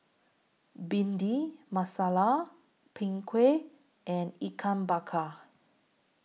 Bhindi Masala Png Kueh and Ikan Bakar